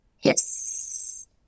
Yes